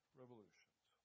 revolutions